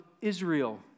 Israel